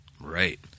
Right